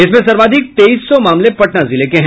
इसमें सर्वाधिक तेईस सौ मामले पटना जिले के हैं